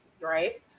right